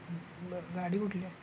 बरं गाडी कुठली आहे